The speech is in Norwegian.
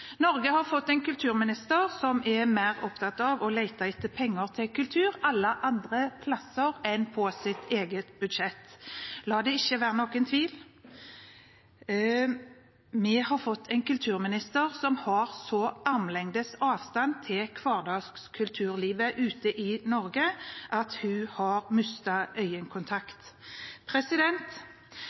Norge har fått en kulturminister som er opptatt av å lete etter penger til kultur alle andre plasser enn i sitt eget budsjett. La det ikke være noen tvil: Vi har fått en kulturminister som har så armlengdes avstand til hverdagskulturlivet ute i Norge at hun har